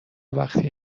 وقتی